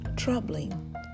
troubling